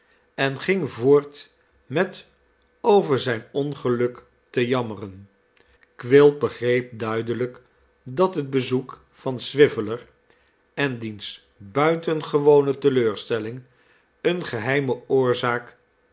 en ging voort met over zijn ongeluk te jammeren quilp begreep duidelijk dat het bezoek van swiveller en diens buitengewone teleurstelling eene geheime oorzaak